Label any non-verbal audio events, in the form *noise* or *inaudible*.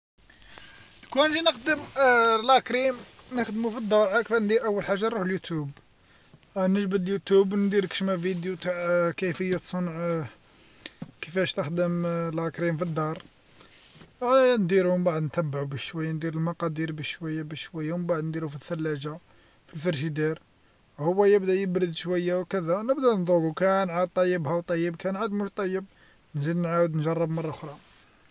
لوكان نجي نقدر *hesitation* لاكريم نخدمو في الدار عارف كفاه ندير أول حاجة نروح اليوتوب، نجبد يوتوب ندير كاش ما فيديو تاع *hesitation* كيفية صنع آ *hesitation* كفاش تخدم *hesitation* لاكريم في الدار، أيا نديرو من بعد نتبعو بالشوية ندير المقادير بالشوية بالشوية ومن بعد نديرو في الثلاجةفي فريجيدار هو يبدأ يبرد شوية وكذا نبدا نضقو كان عاد طيب هاو طيب كان عاد موش طيب نزيد نعاود نجرب مرة اخرى.